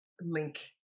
link